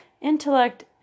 Intellect